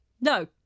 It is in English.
No